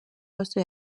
vastu